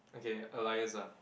okay alias ah